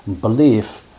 belief